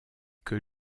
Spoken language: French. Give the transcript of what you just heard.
que